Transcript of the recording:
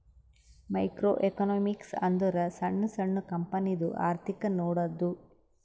micro economics ಅಂದುರ್ ಸಣ್ಣು ಸಣ್ಣು ಕಂಪನಿದು ಅರ್ಥಿಕ್ ನೋಡದ್ದು